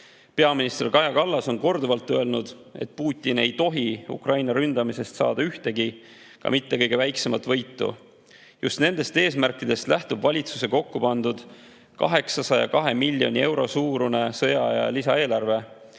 Peaminister Kaja Kallas on korduvalt öelnud, et Putin ei tohi Ukraina ründamisel saada ühtegi, ka mitte kõige väiksemat võitu. Just nendest eesmärkidest lähtub valitsuse kokku pandud 802 miljoni euro suurune sõjaaja lisaeelarve,